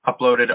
uploaded